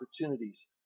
opportunities